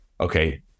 okay